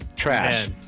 trash